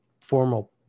formal